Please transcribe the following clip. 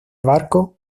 barco